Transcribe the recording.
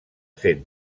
fet